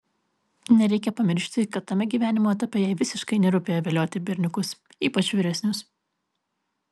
nereikia pamiršti kad tame gyvenimo etape jai visiškai nerūpėjo vilioti berniukus ypač vyresnius